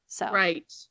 Right